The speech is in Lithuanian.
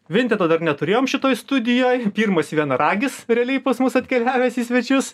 vienteto dar neturėjom šitoj studijoj pirmas vienaragis realiai pas mus atkeliavęs į svečius